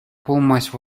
пулмасть